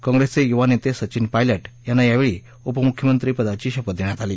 काँप्रेसचे युवा नेते सचिन पायलट यांना यावेळी उपमुख्यमंत्रिपदाची शपथ देण्यात आली